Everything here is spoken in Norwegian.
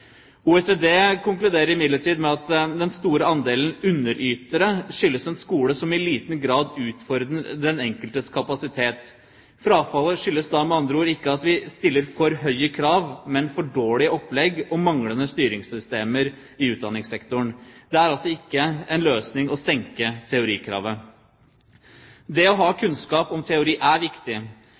OECD konkluderer imidlertid med at den store andelen underytere skyldes en skole som i liten grad utfordrer den enkeltes kapasitet. Frafallet skyldes med andre ord ikke at vi stiller for høye krav, men at det er for dårlige opplegg og manglende styringssystemer i utdanningssektoren. Det er altså ikke en løsning å senke teorikravet. Det å ha kunnskap om teori er viktig,